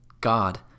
God